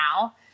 now